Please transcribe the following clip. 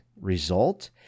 result